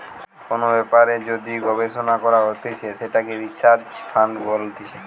কোন ব্যাপারে যদি গবেষণা করা হতিছে সেটাকে রিসার্চ ফান্ড বলতিছে